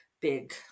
big